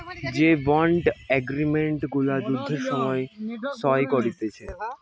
যে bond agreement গুলা যুদ্ধের সময় সই করতিছে